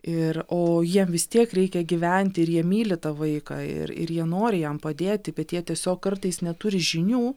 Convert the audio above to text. ir o jiem vis tiek reikia gyventi ir jie myli tą vaiką ir ir jie nori jam padėti bet jie tiesiog kartais neturi žinių